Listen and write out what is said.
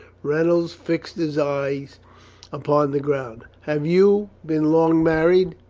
reynolds fixed his eyes upon the ground have you been long married?